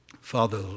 Father